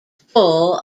full